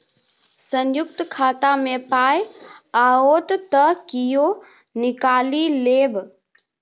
संयुक्त खाता मे पाय आओत त कियो निकालि लेब